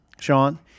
Sean